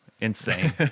insane